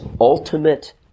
ultimate